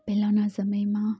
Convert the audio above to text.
પહેલાના સમયમાં